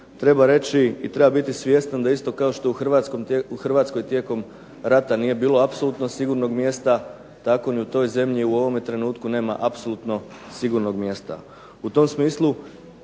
treba reći i treba biti svjestan da isto kao što je u Hrvatskoj tijekom rata nije bilo apsolutno sigurnog mjesta tako ni u toj zemlji, ni u ovom trenutku nema apsolutno sigurnog mjesta.